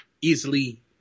easily